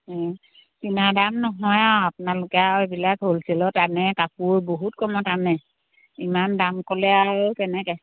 ইমান দাম নহয় আৰু আপোনালোকে আৰু এইবিলাক হোলছেলত আনে কাপোৰ বহুত কমত আনে ইমান দাম ক'লে আৰু কেনেকৈ